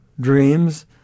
dreams